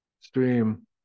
stream